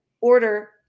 order